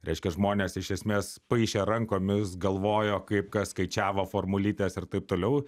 reiškia žmonės iš esmes paišė rankomis galvojo kaip kas skaičiavo formulytes ir taip toliau